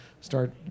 start